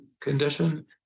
condition